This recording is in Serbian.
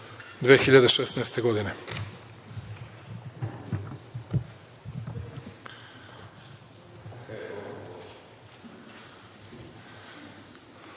2016. godine